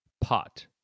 pot